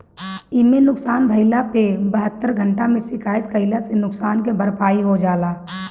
इमे नुकसान भइला पे बहत्तर घंटा में शिकायत कईला से नुकसान के भरपाई हो जाला